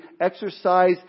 exercise